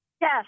Yes